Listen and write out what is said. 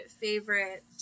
favorite